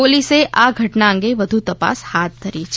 પોલીસે આ ઘટના અંગે વધુ તપાસ હાથ ધરી હતી